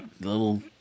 little